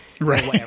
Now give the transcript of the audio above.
Right